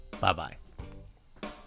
Bye-bye